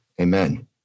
Amen